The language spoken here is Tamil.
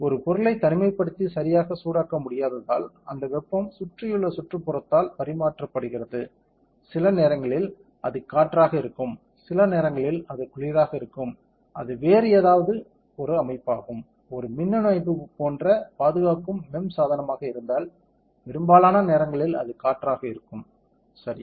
ஒரு பொருளைத் தனிமைப்படுத்திச் சரியாகச் சூடாக்க முடியாததால் அந்த வெப்பம் சுற்றியுள்ள சுற்றுப்புறத்தால் பரிமாற்றப்படுகிறது சில நேரங்களில் அது காற்றாக இருக்கும் சில நேரங்களில் அது குளிராக இருக்கும் அது வேறு எதாவது அமைப்பாகும் ஒரு மின்னணு அமைப்பு போன்ற பாதுகாக்கும் MEMS சாதனமாக இருப்பதால் பெரும்பாலான நேரங்களில் அது காற்றாக இருக்கும் சரி